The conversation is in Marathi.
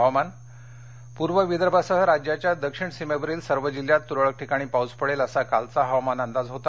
हवामान पूर्व विदर्भासह राज्याच्या दक्षिण सीमेवरील सर्व जिल्ह्यात तुरळक ठिकाणी पाऊस पडेल असा कालचा हवामान अंदाज होता